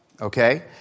Okay